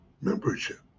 membership